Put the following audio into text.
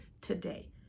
today